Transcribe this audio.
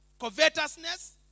covetousness